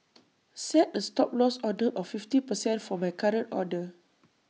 set A Stop Loss order of fifty percent for my current order